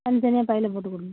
தனி தனியாக பையில் போட்டு கொடுங்க